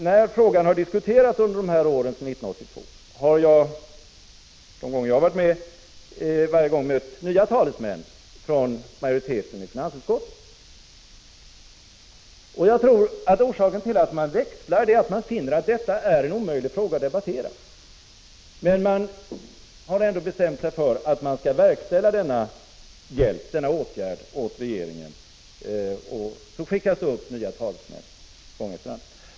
När frågan har diskuterats under åren sedan 1982 har jag de gånger jag har varit med varje gång mött nya talesmän för majoriteten i finansutskottet. Jag 34 tror att orsaken till att man växlar är att man inser att detta är en omöjlig fråga att debattera, men man har ändå bestämt sig för att man skall verkställa denna hjälpåtgärd åt regeringen, och så skickas det upp nya talesmän gång efter annan.